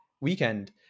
weekend